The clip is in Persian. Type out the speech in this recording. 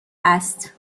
است